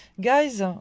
Guys